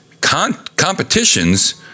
competitions